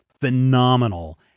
phenomenal